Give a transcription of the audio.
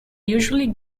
usually